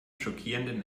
schockierenden